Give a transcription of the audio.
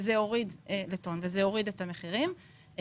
וזה יוריד את המחירים.